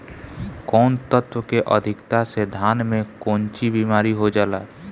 कौन तत्व के अधिकता से धान में कोनची बीमारी हो जाला?